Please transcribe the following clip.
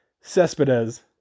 Cespedes